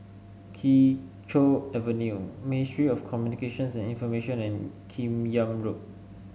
Kee Choe Avenue Ministry of Communications and Information and Kim Yam Road